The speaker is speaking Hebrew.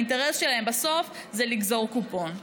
האינטרס שלהם בסוף זה לגזור קופון.